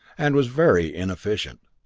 and was very inefficient.